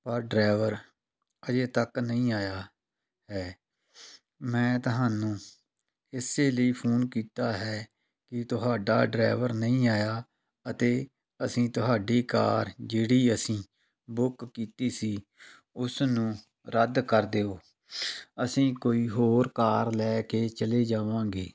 ਪਰ ਡਰਾਈਵਰ ਅਜੇ ਤੱਕ ਨਹੀਂ ਆਇਆ ਹੈ ਮੈਂ ਤੁਹਾਨੂੰ ਇਸ ਲਈ ਫੋਨ ਕੀਤਾ ਹੈ ਕਿ ਤੁਹਾਡਾ ਡਰਾਈਵਰ ਨਹੀਂ ਆਇਆ ਅਤੇ ਅਸੀਂ ਤੁਹਾਡੀ ਕਾਰ ਜਿਹੜੀ ਅਸੀਂ ਬੁੱਕ ਕੀਤੀ ਸੀ ਉਸ ਨੂੰ ਰੱਦ ਕਰ ਦਿਓ ਅਸੀਂ ਕੋਈ ਹੋਰ ਕਾਰ ਲੈ ਕੇ ਚਲੇ ਜਾਵਾਂਗੇ